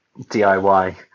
DIY